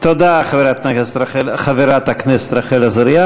תודה, חברת הכנסת רחל עזריה.